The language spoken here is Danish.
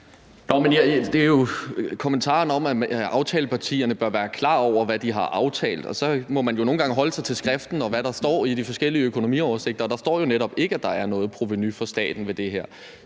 Det er til kommentaren om, at aftalepartierne bør være klar over, hvad de har aftalt. Så må man jo nogle gange holde sig til det skriftlige, og hvad der står i de forskellige økonomiske oversigter, og der står netop ikke, at der er noget provenu for staten ved det her.